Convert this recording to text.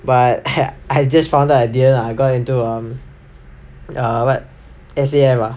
but I just found err I didn't I got into um err what S_A_F ah